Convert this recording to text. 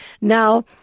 Now